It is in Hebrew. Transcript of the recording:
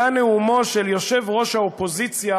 היה נאומו של יושב-ראש האופוזיציה